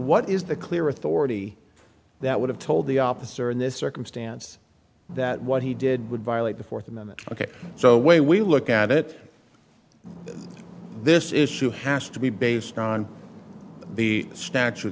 what is the clear authority that would have told the officer in this circumstance that what he did would violate the fourth amendment ok so way we look at it this issue has to be based on the statu